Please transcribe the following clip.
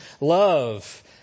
love